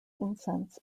incense